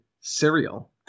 cereal